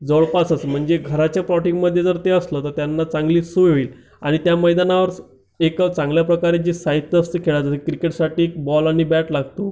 जवळपासच म्हणजे घराच्या प्लॉटिंगमध्ये जर ते असलं तर त्यांना चांगलीच सोय होईल आणि त्या मैदानावरच एक चांगल्याप्रकारे जे साहित्य असतं खेळाचं तर क्रिकेटसाठी बॉल आणि बॅट लागतो